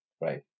Right